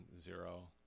zero